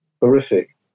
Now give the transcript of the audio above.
horrific